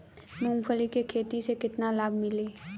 मूँगफली के खेती से केतना लाभ मिली?